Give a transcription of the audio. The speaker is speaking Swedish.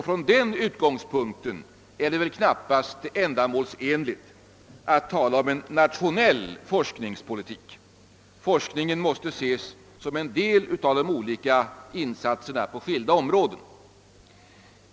Från den utgångspunkten är det väl knappast ändamålsenligt att tala om en nationell forskningspolitik. Forskningen måste ses som en del av de olika insatserna på skilda områden.